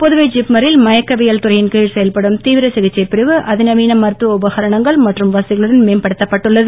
புதுவை ஜிப்ம ரில் மயக்கவியல் துறையின் கீழ் செயல்படும் ஜீவிர சிகிச்சைப் பிரிவு அதிநவீன மருத்துவ உபகரணங்கள் மற்றும் வசதிகளுடன் மேம்படுத்தப் பட்டுள்ளது